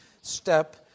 step